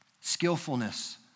skillfulness